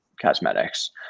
cosmetics